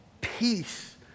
Peace